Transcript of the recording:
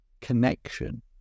connection